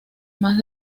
más